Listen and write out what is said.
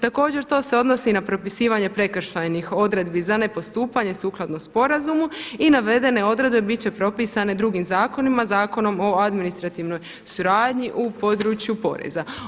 Također to se odnosi i na propisivanje prekršajnih odredbi za ne postupanje sukladno sporazumu i navedene odredbe bit će propisane drugim zakonima, Zakonom o administrativnoj suradnji u području poreza.